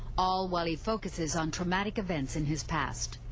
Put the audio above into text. all while he focuses on traumatic events in his past.